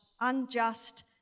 unjust